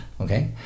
Okay